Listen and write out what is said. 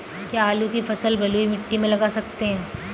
क्या आलू की फसल बलुई मिट्टी में लगा सकते हैं?